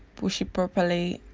push it properly.